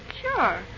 Sure